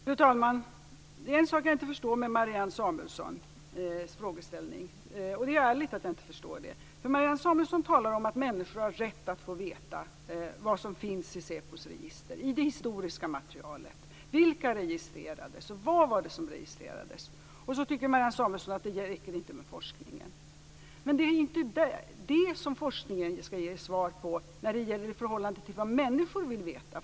Fru talman! Det är en sak som jag inte förstår med Marianne Samuelssons frågeställning - och det är ärligt att jag inte förstår det. Marianne Samuelsson talar om att människor har rätt att få veta vad som finns i säpos register, i det historiska materialet. Vilka registrerades och vad var det som registrerades? Så tycker Marianne Samuelsson att det inte räcker med forskningen. Men det är inte det som forskningen skall ge svar på i förhållande till vad människor vill veta.